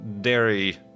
dairy